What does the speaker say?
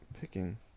picking